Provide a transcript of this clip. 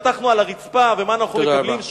השתטחנו על הרצפה, ומה אנחנו מקבלים?